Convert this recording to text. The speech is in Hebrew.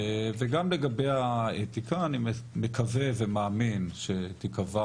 וגם לגבי האתיקה אני מקווה ומאמין שתיקבע